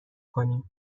کنیم